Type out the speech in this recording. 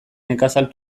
nekazal